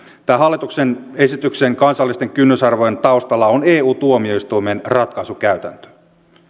tämän hallituksen esityksen kansallisten kynnysarvojen taustalla on eu tuomioistuimen ratkaisukäytäntö